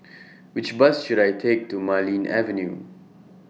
Which Bus should I Take to Marlene Avenue